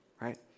right